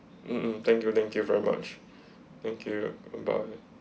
mm mm thank you thank you very much thank you bye